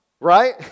right